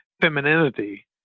femininity